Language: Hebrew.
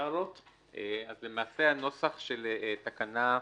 אז למעשה הנוסח של תקנה 15,